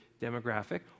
demographic